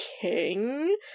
king